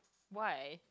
why